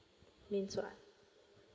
means what